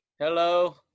Hello